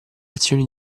azioni